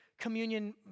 communion